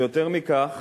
יותר מכך,